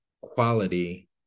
quality